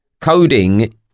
coding